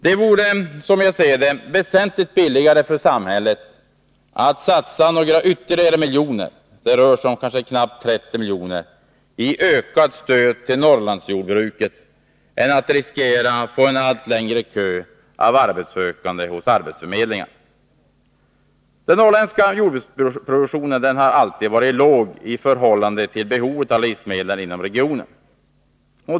Det vore, som jag ser det, väsentligt billigare för samhället att satsa ytterligare några miljoner — det rör sig om knappt 30 milj.kr. — i ökat stöd till Norrlandsjordbruket än att riskera att få en allt längre kö av arbetssökande hos arbetsförmedlingarna. Den norrländska jordbruksproduktionen har alltid varit låg i förhållande till behovet av livsmedel inom regionen.